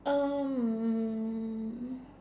um